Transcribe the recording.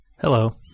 Hello